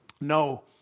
No